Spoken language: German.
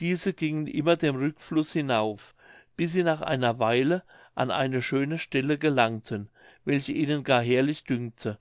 diese gingen immer den rykfluß hinauf bis sie nach einer weile an eine schöne stelle gelangten welche ihnen gar herrlich dünkte